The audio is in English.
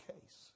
case